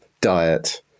diet